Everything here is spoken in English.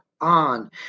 on